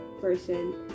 person